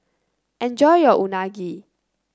enjoy your Unagi